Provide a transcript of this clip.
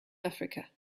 africa